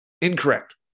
Incorrect